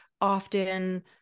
often